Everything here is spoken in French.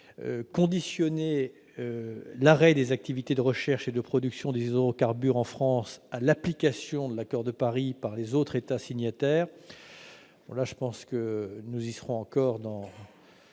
conditionnons l'arrêt des activités de recherche et de production des hydrocarbures en France à l'application de l'Accord de Paris par les autres États signataires, comme le prévoit l'amendement